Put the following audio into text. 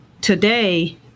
today